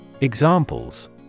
Examples